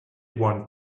want